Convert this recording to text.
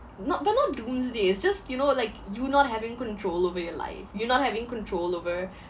not but not doomsday it's just you know like you not having control over your life you're not having control over